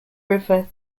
river